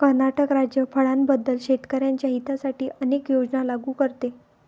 कर्नाटक राज्य फळांबद्दल शेतकर्यांच्या हितासाठी अनेक योजना लागू करते